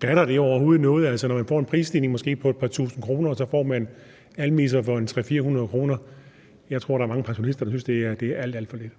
Batter det overhovedet noget? Når man får en prisstigning på måske et par tusinde kroner, får man en almisse på 300 eller 400 kr. Jeg tror, der er mange pensionister, der synes, at det er alt, alt for lidt.